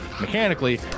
mechanically